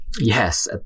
Yes